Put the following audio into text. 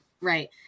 right